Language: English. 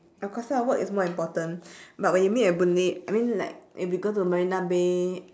of course lah work is more important but when you meet at boon lay I mean like when we go to marina bay